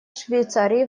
швейцарии